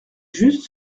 juste